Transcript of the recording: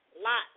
Lot